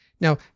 Now